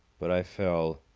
but i fell.